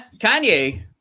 Kanye